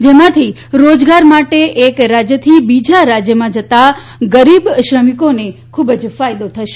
જેનાથી રોજગાર માટે એક રાજ્યથી બીજા રાજ્યમાં જતા ગરીબ શ્રમિકોને ખુબ ફાયદો થશે